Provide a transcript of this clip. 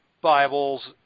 Bibles